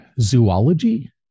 zoology